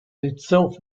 itself